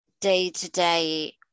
day-to-day